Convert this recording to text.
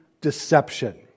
deception